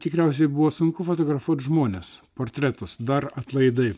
tikriausiai buvo sunku fotografuot žmones portretus dar atlaidai